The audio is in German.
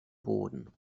boden